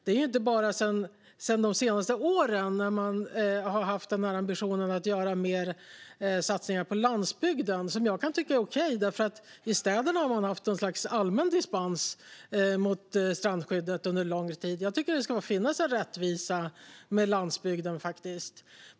Det är inte bara de senaste åren som man har haft ambitionen att göra mer satsningar på landsbygden, vilket jag kan tycka är okej. I städerna har man haft ett slags allmän dispens från strandskyddet under lång tid. Jag tycker att det ska finnas en rättvisa för landsbygden, faktiskt.